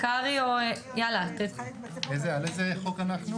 איזו הרמוניה.